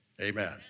Amen